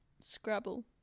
Scrabble